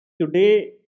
Today